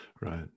Right